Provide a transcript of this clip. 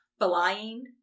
flying